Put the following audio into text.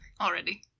already